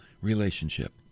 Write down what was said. relationship